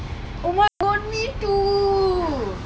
oh my god me too